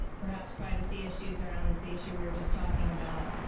perhaps privacy issues around the issue we were just talking about.